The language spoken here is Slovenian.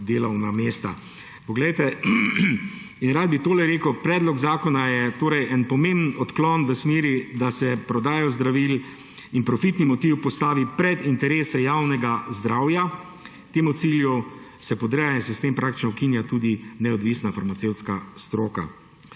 delovna mesta. Rad bi tole rekel, predlog zakona je en pomemben odklon v smeri, da se prodajo zdravil in profitni motivi postavi pred interese javnega zdravja. Temu cilju se podreja in se s tem praktično ukinja tudi neodvisna farmacevtska stroka.